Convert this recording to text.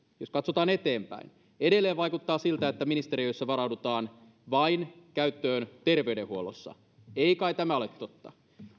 jos katsotaan eteenpäin edelleen vaikuttaa siltä että ministeriössä varaudutaan vain käyttöön terveydenhuollossa ei kai tämä ole totta